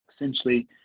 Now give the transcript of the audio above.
essentially